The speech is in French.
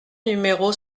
numéro